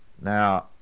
Now